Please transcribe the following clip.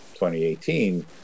2018